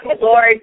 Lord